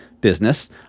business